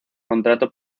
contrato